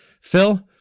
Phil